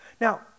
Now